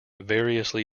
variously